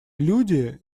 люди